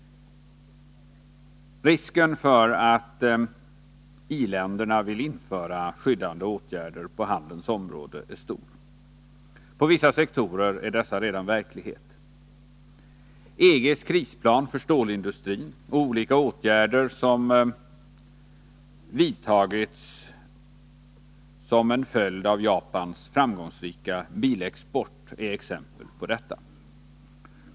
Risken för att i-länderna vill införa skyddande åtgärder på handelns område är stor. På vissa sektorer är dessa redan verklighet. EG:s krisplan för stålindustrin och olika åtgärder som vidtagits som en följd av Japans framgångsrika bilexport är exempel på detta.